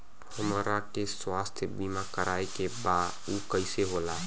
हमरा के स्वास्थ्य बीमा कराए के बा उ कईसे होला?